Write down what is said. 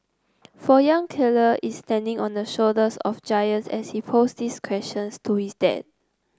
for young Keller is standing on the shoulders of giants as he posed these questions to his dad